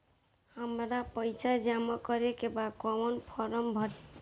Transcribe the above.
हमरा पइसा जमा करेके बा कवन फारम भरी?